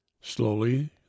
Slowly